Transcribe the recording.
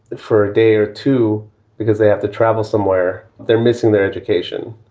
for a day or two because they have to travel somewhere, they're missing their education.